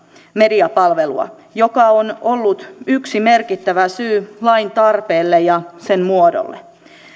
mediapalvelua joka on ollut yksi merkittävä syy lain tarpeelle ja sen muodolle